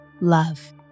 love